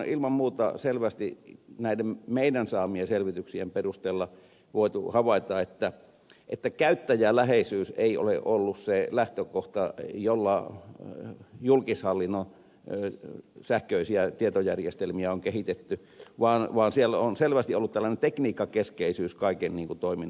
ilman muuta selvästi näiden meidän saamiemme selvityksien perusteella on voitu havaita että käyttäjäläheisyys ei ole ollut se lähtökohta jolla julkishallinnon sähköisiä tietojärjestelmiä on kehitetty vaan siellä on selvästi ollut tällainen tekniikkakeskeisyys kaiken toiminnan lähtökohtana